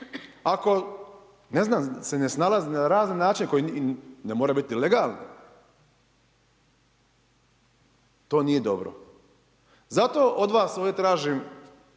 ako se ne snalazi na razne načine koji, ne moraju biti legalni, to nije dobro. Zato od vas ovdje tražim